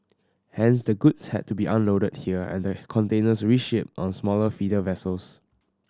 hence the goods had to be unloaded here and the containers reshipped on smaller feeder vessels